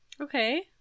Okay